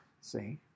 See